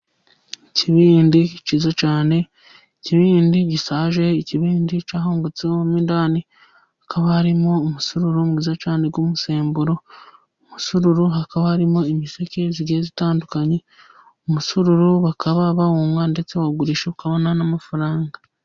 Ikibindi cyiza cyane ikibindi gishaje ikibindi cyahongutseho mo indani hakaba harimo umusururu mwiza cyane w'umusemburo, umusururu hakaba harimo imiseke igiye itandukanye. Umusururo bakaba bawunwa ndetse wawugurisha, ukabona n'amafaranga.